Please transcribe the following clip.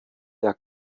der